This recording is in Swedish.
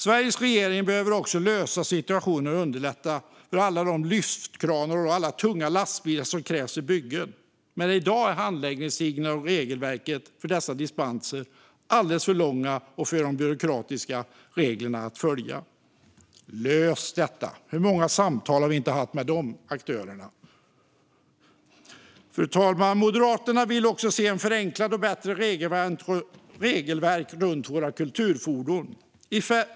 Sveriges regering behöver också lösa situationen och underlätta för alla de lyftkranar och tunga lastbilar som krävs vid byggen. I dag är handläggningstiderna för dispenser alldeles för långa och reglerna alldeles för byråkratiska att följa. Lös detta! Hur många samtal har vi inte haft med de aktörerna? Fru talman! Moderaterna vill också se ett förenklat och bättre regelverk runt våra kulturfordon.